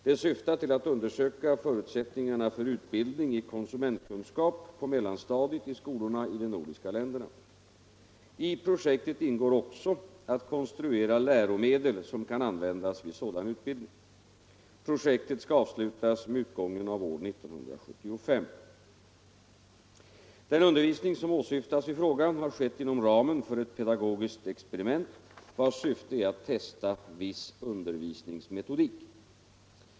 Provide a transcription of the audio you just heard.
Det syftar till att undersöka förutsättningarna för utbildning i konsumentkunskap på mellanstadiet i skolorna i de nordiska länderna. I projektet ingår också att konstruera läromedel som kan användas vid sådan utbildning. Projektet skall avslutas med utgången av år 1975. Den undervisning som åsyftas i frågan har skett inom ramen för ett pedagogiskt experiment vars syfte är att testa viss undervisningsmetodik.